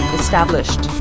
established